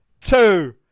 two